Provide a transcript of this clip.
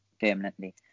permanently